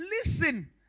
Listen